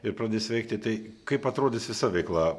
ir pradės veikti tai kaip atrodys visa veikla